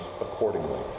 accordingly